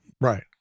Right